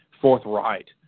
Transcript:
forthright